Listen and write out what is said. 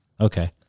Okay